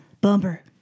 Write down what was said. Bumper